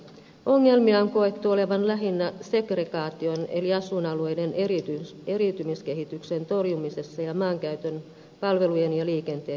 ongelmia on koettu olevan lähinnä segregaation eli asuinalueiden eriytymiskehityksen torjumisessa ja maankäytön palvelujen ja liikenteen järjestämisessä